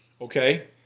okay